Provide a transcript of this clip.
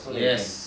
yes